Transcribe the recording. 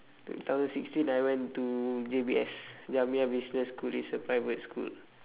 two thousand sixteen I went to J_B_S jamiyah business school it's a private school